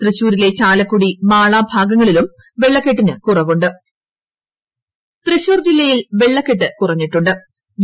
തൃശൂരിലെ ചാലക്കൂടി മാള ഭാഗങ്ങളിലും വെള്ളക്കെട്ടിന് കുറവു ട്ടടട തൃശൂർ ജില്ലയിൽ വെള്ളക്കെട്ട് കൂറ്റഞ്ഞിട്ടു ്